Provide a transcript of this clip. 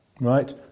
right